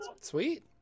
Sweet